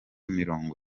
mirongo